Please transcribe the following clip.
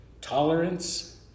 tolerance